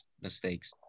mistakes